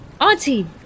Auntie